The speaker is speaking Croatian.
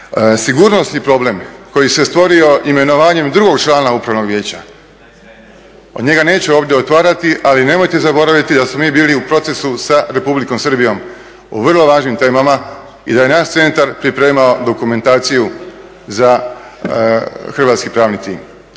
Sigurnosni problem koji se stvorio imenovanjem drugog člana Upravnog vijeća, njega neću ovdje otvarati, ali nemojte zaboraviti da smo mi bili u procesu sa Republikom Srbijom u vrlo važnim temama i da je naš centar pripremamo dokumentaciju za Hrvatski pravni tim.